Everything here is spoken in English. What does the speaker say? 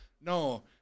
No